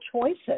choices